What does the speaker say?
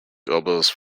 goebbels